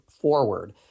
forward